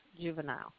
juvenile